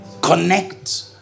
connect